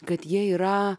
kad jie yra